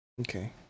Okay